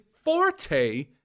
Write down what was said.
forte